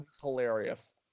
Hilarious